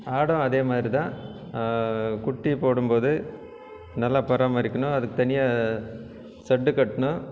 ஆடும் அதேமாதிரிதான் குட்டி போடும்போது நல்லா பராமரிக்கணும் அதுக்கு தனியாக செட்டு கட்டணும்